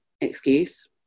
excuse